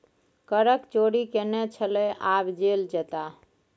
करक चोरि केने छलय आब जेल जेताह